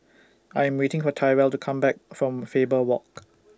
I Am waiting For Tyrell to Come Back from Faber Walk